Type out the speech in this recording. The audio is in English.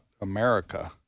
America